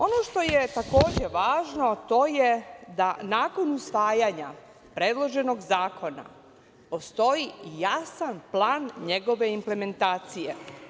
Ono što je takođe važno, to je da nakon usvajanja predloženog zakona postoji jasan plan njegove implementacije.